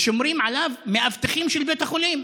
ושומרים עליו מאבטחים של בית החולים.